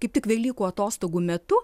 kaip tik velykų atostogų metu